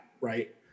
right